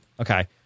Okay